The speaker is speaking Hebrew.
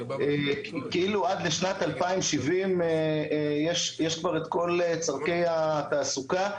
כאילו עד שנת 2070 יש כבר כל צורכי התעסוקה,